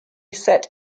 set